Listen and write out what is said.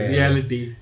Reality